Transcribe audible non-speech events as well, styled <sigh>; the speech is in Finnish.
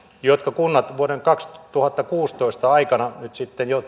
joissa vuoden kaksituhattakuusitoista aikana nyt sitten toteutetaan jo <unintelligible>